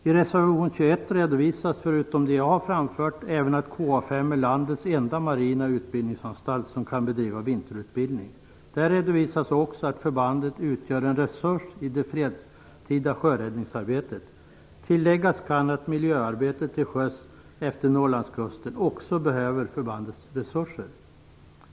I reservation 21 redovisas, förutom det jag har framfört, att KA 5 är landets enda marina utbildningsanstalt som kan bedriva vinterutbildning. Där redovisas också att förbandet utgör en resurs i det fredstida sjöräddningsarbetet. Tilläggas kan att miljöarbetet till sjöss efter Norrlandskusten också behöver förbandets resurser.